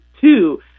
two